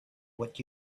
what